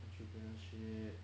entrepreneurship